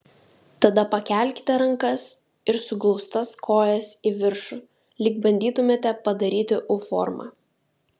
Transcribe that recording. tada pakelkite rankas ir suglaustas kojas į viršų lyg bandytumėte padaryti u formą